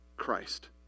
Christ